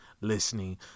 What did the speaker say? listening